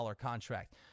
contract